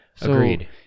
Agreed